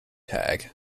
tag